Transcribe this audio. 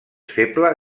feble